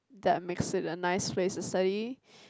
that makes it a nice place to study